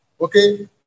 okay